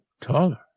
taller